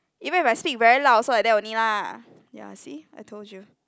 even if I speak very loud also like that only lah ya see I told you